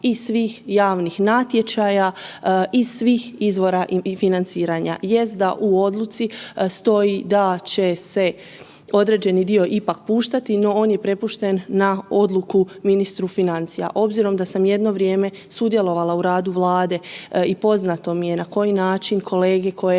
i svih javnih natječaja iz svih izvora financiranja. Jest da u odluci stoji da će se određeni dio ipak puštati, no on je prepušten na odluku ministru financija. Obzirom da sam jedno vrijeme sudjelovala u radu Vlade i poznato mi je na koji način kolege koje